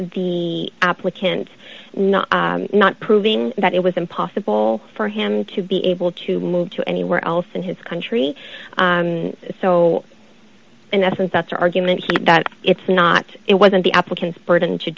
the applicants not not proving that it was impossible for him to be able to move to anywhere else in his country so in essence that's the argument here that it's not it wasn't the applicant's burden to